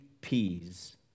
P's